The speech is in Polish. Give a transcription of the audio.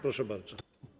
Proszę bardzo.